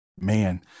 Man